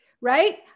right